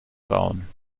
bauen